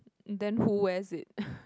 then who has it